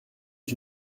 est